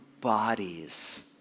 bodies